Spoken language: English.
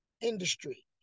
industry